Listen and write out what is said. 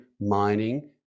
mining